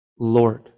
Lord